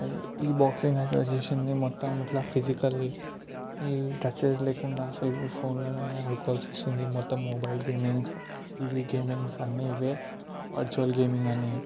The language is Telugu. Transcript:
ఈ బాక్సింగ్ అయితే వచ్చేసింది మొత్తం ఇట్ల ఫిజికలి టచ్ ఏమీ లేకుండా ఫోన్లలోనే అడుకోవలసి వస్తుంది మొత్తం మొబైల్ గేమింగ్స్ ఈజీ గేమింగ్స్ అన్ని ఇవే వర్చువల్ గేమింగ్ గానీ